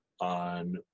on